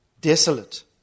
desolate